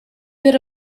bit